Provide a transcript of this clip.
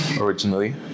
originally